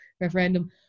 referendum